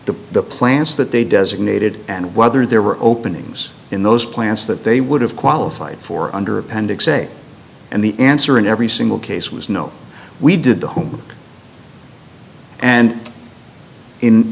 dots the plants that they designated and whether there were openings in those plants that they would have qualified for under appendix a and the answer in every single case was no we did the home and in